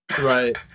Right